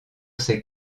ses